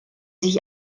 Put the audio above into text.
sich